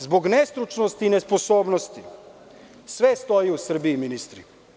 Zbog nestručnosti i nesposobnosti sve stoji u Srbiji, ministri.